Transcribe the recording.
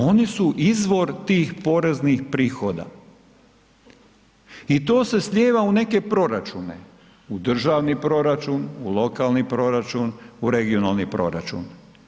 Oni su izvor tih poreznih prihoda i to se slijeva u neke proračune, u državni proračun, u lokalni proračun, u regionalni proračun.